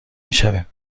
میشویم